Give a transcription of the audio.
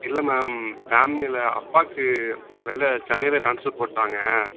இல்லை மேம் ஃபேமிலியில் அப்பாவுக்கு வெளில சென்னையில் டிரான்ஸ்ஃபர் போட்டாங்க